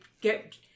get